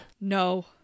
no